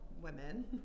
women